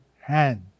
hand